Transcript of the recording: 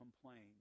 complain